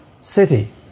city